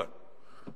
כאן,